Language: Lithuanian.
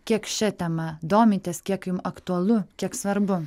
kiek šia tema domitės kiek jum aktualu kiek svarbu